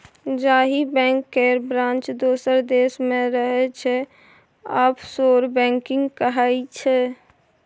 जाहि बैंक केर ब्रांच दोसर देश मे रहय छै आफसोर बैंकिंग कहाइ छै